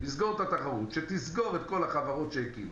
לסגור את התחרות שתסגור את כל החברות שהקימה,